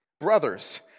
Brothers